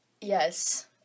Yes